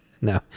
no